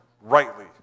rightly